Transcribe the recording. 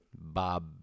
Bob